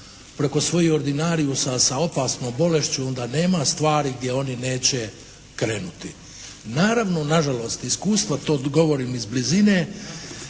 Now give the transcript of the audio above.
preko svojih ordinarijusa sa opasnom bolešću onda nema stvari gdje oni neće krenuti. Naravno nažalost iskustva to, govorim iz blizine